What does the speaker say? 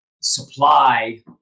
supply